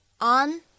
on